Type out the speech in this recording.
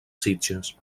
sitges